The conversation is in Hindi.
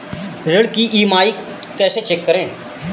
ऋण की ई.एम.आई कैसे चेक करें?